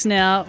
now